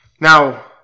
Now